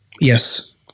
Yes